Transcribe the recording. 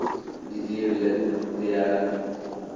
ᱰᱤᱰᱤᱭᱟᱹᱲᱞᱮ ᱛᱮᱭᱟᱨᱟ